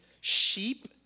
sheep